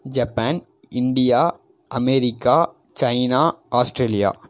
Japan இந்திய America China Australia